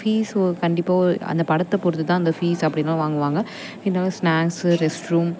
fees கண்டிப்பாக ஒரு அந்த படத்தை பொறுத்து தான் அந்த ஃபீஸ் அப்படிதான் வாங்குவாங்க இருந்தாலும் ஸ்னாக்ஸ் ரெஸ்ட் ரூம்